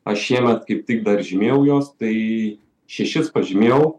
aš šiemet kaip tik dar žymėjau juos tai šešis pažymėjau